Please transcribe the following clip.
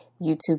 YouTube